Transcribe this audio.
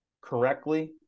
correctly